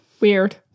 Weird